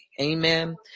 Amen